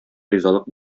ризалык